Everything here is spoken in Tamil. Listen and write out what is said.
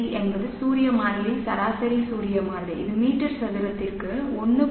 சி என்பது சூரிய மாறிலி சராசரி சூரிய மாறிலி இது மீட்டர் சதுரத்திற்கு 1